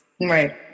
Right